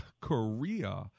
Korea